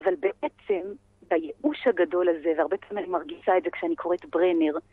אבל בעצם, בייאוש הגדול הזה, והרבה פעמים אני מרגישה את זה כשאני קוראת ברנר,